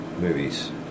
movies